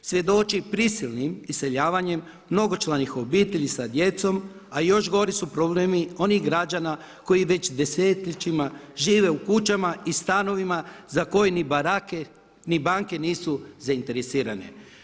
Svjedočim prisilnim iseljavanjem mnogočlanih obitelji sa djecom, a još gori su problemi onih građana koji već desetljećima žive u kućama i stanovima za koje ni banke nisu zainteresirane.